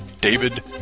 David